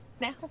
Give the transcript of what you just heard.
now